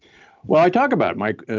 well i talk about like